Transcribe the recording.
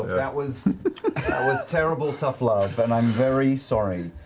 that was was terrible tough love, and i'm very sorry.